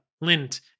Lint